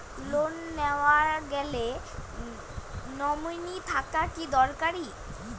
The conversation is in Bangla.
লোন নেওয়ার গেলে নমীনি থাকা কি দরকারী?